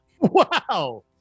Wow